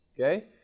okay